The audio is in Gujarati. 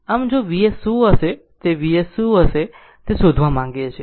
આમ જો Vs શું હશે તે Vs શું હશે તે શોધવા માંગીએ છીએ